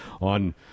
on